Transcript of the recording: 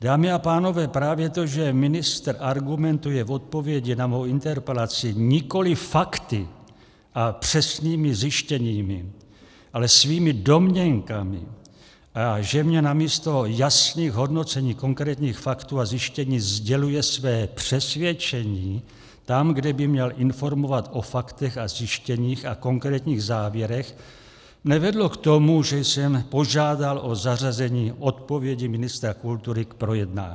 Dámy a pánové, právě to, že ministr argumentuje v odpovědi na mou interpelaci nikoli fakty a přesnými zjištěními, ale svými domněnkami a že mě namísto jasných hodnocení konkrétních faktů a zjištění sděluje své přesvědčení tam, kde by měl informovat o faktech a zjištěních a konkrétních závěrech, mne vedlo k tomu, že jsem požádal o zařazení odpovědi ministra kultury k projednání.